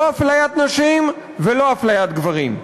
לא אפליית נשים אלא אפליית גברים.